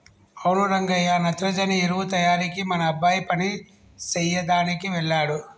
అవును రంగయ్య నత్రజని ఎరువు తయారీకి మన అబ్బాయి పని సెయ్యదనికి వెళ్ళాడు